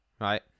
right